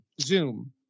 zoom